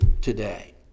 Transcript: today